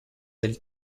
del